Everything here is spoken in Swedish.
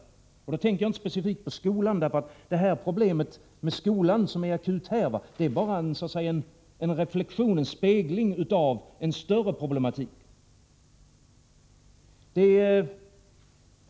Jag tänker då inte specifikt på skolan, eftersom problemet med skolan, som är akut i detta fall, bara är en spegling av en större problematik.